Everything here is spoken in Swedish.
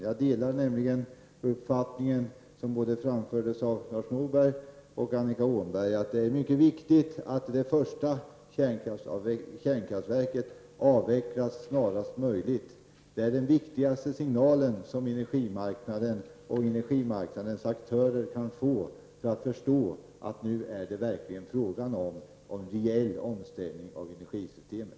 Jag delar nämligen den uppfattning som framfördes av både Lars Norberg och Annika Åhnberg, att det är mycket viktigt att det första kärnkraftverket avvecklas snarast möjligt. Det är den viktigaste signalen som energimarknaden och energimarknadens aktörer kan få för att förstå att det nu verkligen är fråga om en reell omställning av energisystemet.